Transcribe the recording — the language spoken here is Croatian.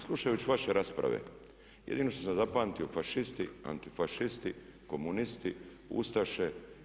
Slušajući vaše rasprave, jedino što sam zapamtio fašisti, antifašisti, komunisti, ustaše.